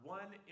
one